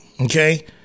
okay